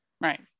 Right